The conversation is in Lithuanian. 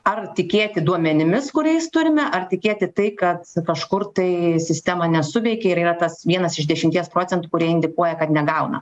ar tikėti duomenimis kuriais turime ar tikėti tai kad kažkur tai sistema nesuveikė ir yra tas vienas iš dešimties procentų kurie indikuoja kad negauna